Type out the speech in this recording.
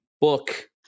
book